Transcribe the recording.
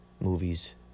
movies